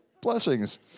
Blessings